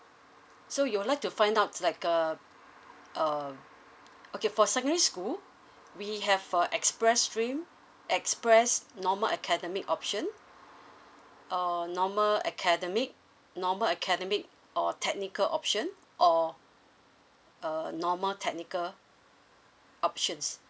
so you will like to find out like uh um okay for secondary school we have uh express stream express normal academic option err normal academic normal academic or technical option or uh normal technical options